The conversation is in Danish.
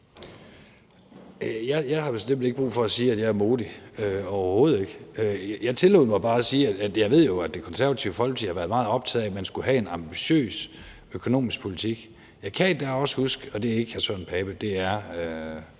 Jeg har bestemt ikke brug for at sige, at jeg er modig – overhovedet ikke. Jeg tillod mig bare sige, at jeg jo ved, at Det Konservative Folkeparti har været meget optaget af, at man skulle have en ambitiøs økonomisk politik. Jeg kan endda også huske, at man – og det er ikke hr. Søren Pape Poulsen,